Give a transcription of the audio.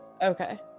Okay